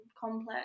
complex